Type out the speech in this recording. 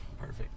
perfect